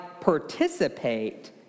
participate